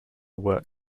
work